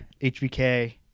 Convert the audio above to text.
HBK